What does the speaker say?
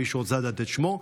אם מישהו רוצה לדעת את שמו.